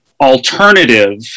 alternative